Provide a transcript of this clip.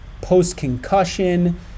post-concussion